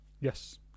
Yes